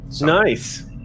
Nice